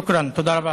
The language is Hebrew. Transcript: תודה.) תודה רבה.